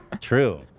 True